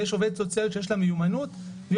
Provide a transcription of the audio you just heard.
יש עובדת סוציאלית שיש לה מיומנות והיא